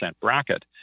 bracket